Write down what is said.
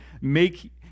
make